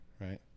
right